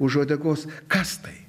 už uodegos kas tai